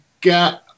get